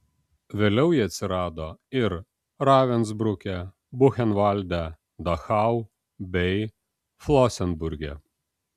vėliau jie atsirado ir ravensbruke buchenvalde dachau bei flosenburge